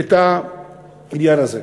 את העניין הזה.